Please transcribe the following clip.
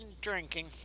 drinking